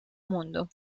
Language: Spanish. mundo